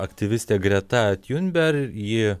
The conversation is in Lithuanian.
aktyvistė greta tiunber ji